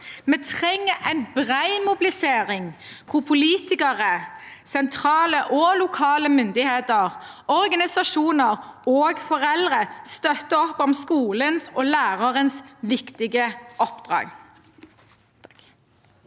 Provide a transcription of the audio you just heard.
Vi trenger en bred mobilisering hvor politikere, sentrale og lokale myndigheter, organisasjoner og foreldre støtter opp om skolens og lærerens viktige oppdrag.